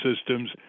systems